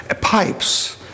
pipes